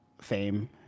fame